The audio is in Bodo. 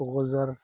क'क्राझार